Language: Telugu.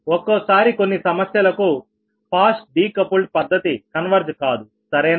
ఒక్కోసారి కొన్ని సమస్యలకు ఫాస్ట్ డికపుల్డ్ పద్ధతి కన్వెర్జ్ కాదు సరేనా